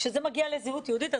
כשזה מגיע לזהות יהודית,